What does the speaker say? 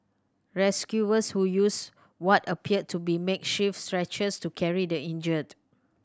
rescuers who used what appeared to be makeshift stretchers to carry the injured